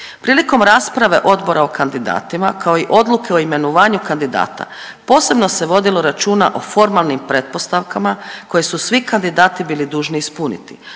Prilikom rasprave odbora o kandidatima kao i odluke o imenovanju kandidata posebno se vodilo računa o formalnim pretpostavkama koje su svi kandidati bili dužni ispuniti